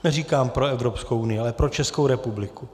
Neříkám pro Evropskou unii, ale pro Českou republiku.